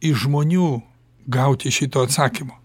iš žmonių gauti šito atsakymo